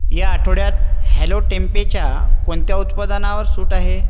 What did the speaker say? या आठवड्यात हॅलो टेम्पेच्या कोणत्या उत्पादनावर सूट आहे